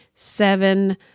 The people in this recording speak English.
seven